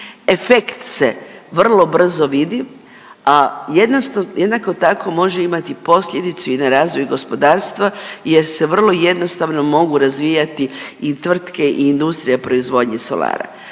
efekt se vrlo brzo vidi, a jednako tako može imati posljedicu i na razvoj gospodarstva jer se vrlo jednostavno mogu razvijati i tvrtke i industrija proizvodnje solara.